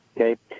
okay